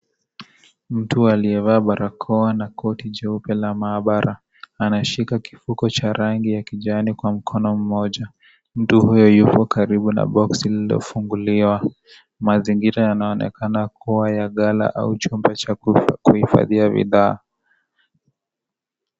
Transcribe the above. Mtu aliyevaa barakoa na koti jeupe la maabara anashika kifuko cha rangi ya kijani kwa mkono moja, mtu huyo yupo karibu na boxi lililofunguliwa mazingira yanaonekana kuwa ya ghala au chumba cha kuhifadhia bidhaa